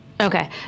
Okay